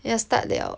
要 start 了